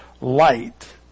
Light